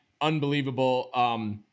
unbelievable